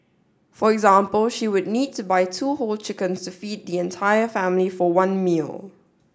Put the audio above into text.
for example she would need to buy two whole chickens to feed the entire family for one meal